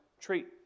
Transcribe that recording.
treat